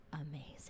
amazing